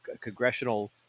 congressional